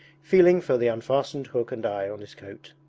feeling for the unfastened hook and eye on his coat.